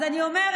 אז אני אומרת,